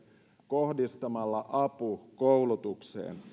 kohdistamalla avun koulutukseen